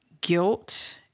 guilt